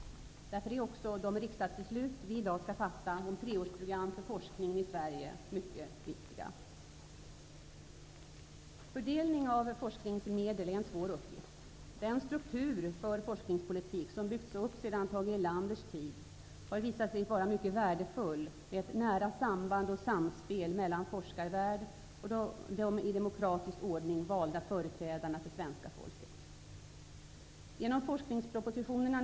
Därför är också de riksdagsbeslut som vi i dag skall fatta om treårsprogram för forskning i Sverige mycket viktiga. Fördelning av forskningsmedel är en svår uppgift. Den struktur för forskningspolitik som har byggts upp sedan Tage Erlanders tid har visat sig vara mycket värdefull med ett nära samband och samspel mellan forskarvärld och de i demokratisk ordning valda företrädarna för svenska folket.